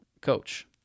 coach